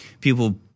People